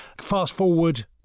fast-forward